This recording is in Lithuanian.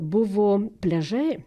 buvo pliažai